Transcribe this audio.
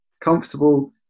comfortable